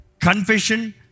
confession